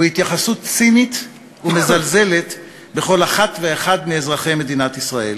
הוא התייחסות צינית ומזלזלת בכל אחת ואחד מאזרחי מדינת ישראל.